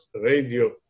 radio